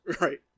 Right